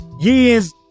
years